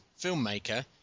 filmmaker